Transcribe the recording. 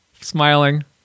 Smiling